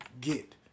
get